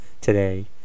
today